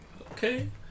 Okay